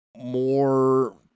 more